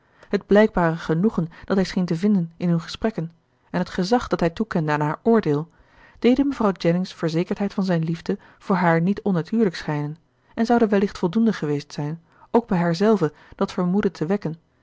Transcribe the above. het blijkbare genoegen dat hij scheen te vinden in hun gesprekken en het gezag dat hij toekende aan haar oordeel deden mevrouw jennings verzekerdheid van zijn liefde voor haar niet onnatuurlijk schijnen en zouden wellicht voldoende geweest zijn ook bij haarzelve dat vermoeden te wekken